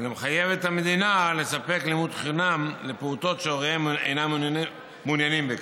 אלא מחייבת את המדינה לספק לימוד חינם לפעוטות שהוריהם מעוניינים בכך",